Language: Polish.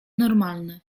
normalny